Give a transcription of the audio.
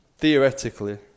Theoretically